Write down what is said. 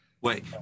Wait